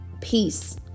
peace